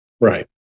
Right